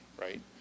Right